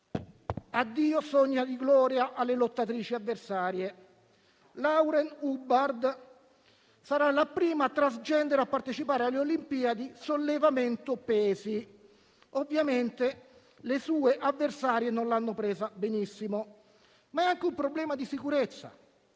(addio sogni di gloria alle lottatrici avversarie). Lauren Hubbard sarà la prima *transgender* a partecipare alle Olimpiadi nel sollevamento pesi e ovviamente le sue avversarie non l'hanno presa benissimo. È anche un problema di sicurezza